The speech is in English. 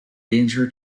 danger